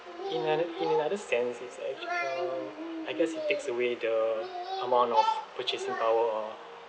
in a in another sense it's like uh I guess it takes away the amount of which is in our